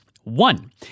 One